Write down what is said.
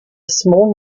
small